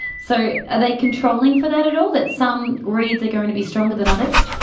so are they controlling for that at all, that some reads are going to be stronger than others?